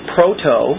Proto